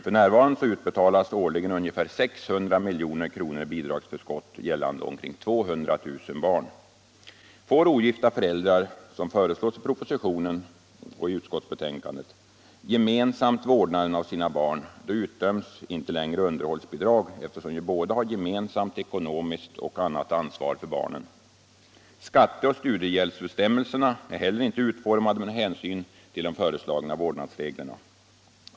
F. n. utbetalas årligen ungefär 600 milj.kr. i bidragsförskott gällande omkring 200 000 barn. Får ogifta föräldrar, som föreslås i propositionen och utskottsbetänkandet, gemensamt vårdnaden av sina barn utdöms icke underhållsbidrag, eftersom båda ju har gemensamt ekonomiskt och annat ansvar för barnen. Skatteoch studiehjälpsbestämmelserna är heller inte utformade med hänsyn till de föreslagna vårdnadsreglerna.